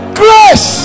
grace